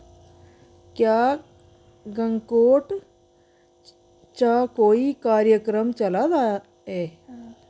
क्या गंगकोट च कोई कार्यक्रम चला दा ऐ